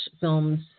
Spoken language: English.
films